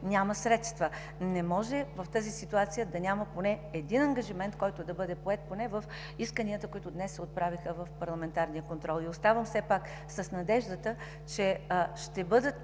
няма средства. Не може в тази ситуация да няма поне един ангажимент, който да бъде поет по исканията, които днес се отправиха в парламентарния контрол. Оставам все пак с надеждата, че тези